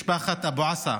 משפחת אבו עסא,